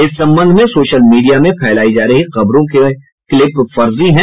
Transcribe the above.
इस संबंध में सोशल मीडिया में फैलाई जा रही खबरों के क्लिप फर्जी हैं